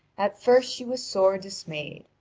at first she was sore dismayed.